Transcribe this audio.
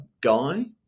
guy